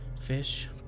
Fish